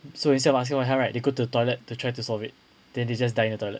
so instead of asking for help right they go to the toilet to try to solve it then they just die in the toilet